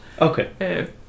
Okay